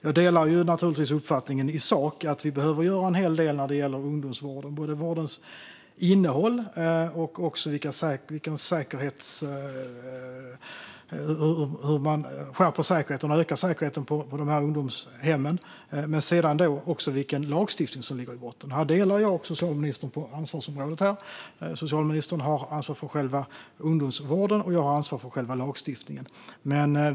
Jag delar naturligtvis uppfattningen i sak att vi behöver göra en hel del när det gäller ungdomsvården, både när det gäller vårdens innehåll, hur man skärper och ökar säkerheten på ungdomshemmen och vilken lagstiftning som ligger i botten. Här delar jag och socialministern på ansvaret. Socialministern har ansvar för själva ungdomsvården, och jag har ansvar för lagstiftningen.